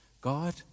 God